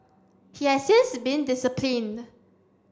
he has since been disciplined